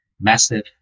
massive